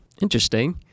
Interesting